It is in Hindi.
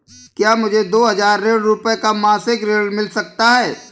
क्या मुझे दो हजार रूपए का मासिक ऋण मिल सकता है?